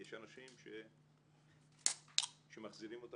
לוועדת השרים נמנו הקשיים המשפטיים שחברי היועץ המשפטי